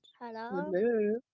Hello